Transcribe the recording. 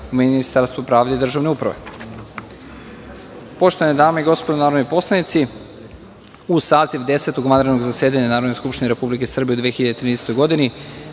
u Ministarstvu pravde i državne uprave. Poštovane dame i gospodo narodni poslanici, uz saziva Desetog vanrednog zasedanja Narodne skupštine Republike Srbije u 2013. godini,